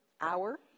hour